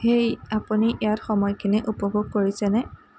হেই আপুনি ইয়াত সময়খিনি উপভোগ কৰিছেনে